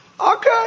Okay